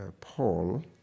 Paul